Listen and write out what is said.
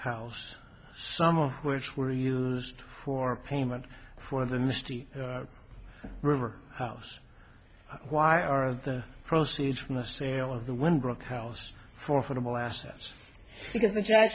house some of which were used for payment for the misty river house why are the proceeds from the sale of the wynn brookhouse for for the molasses